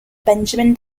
benjamin